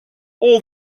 all